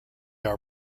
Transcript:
are